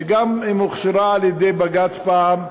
גם אם היא הוכשרה על-ידי בג"ץ פעם,